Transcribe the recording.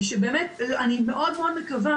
אני מאוד מקווה